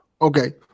Okay